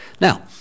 Now